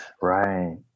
right